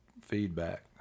feedback